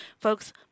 Folks